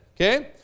okay